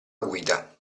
guida